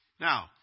Now